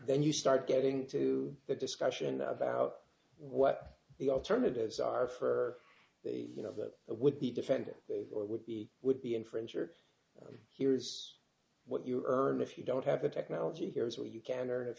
then you start getting into the discussion about what the alternatives are for a you know that would be defended or would be would be infringer here is what you earn if you don't have the technology here is where you can or if